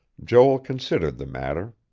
joel considered the matter.